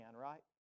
right